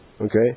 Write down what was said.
Okay